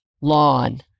lawn